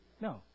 No